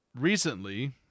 recently